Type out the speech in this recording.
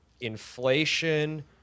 inflation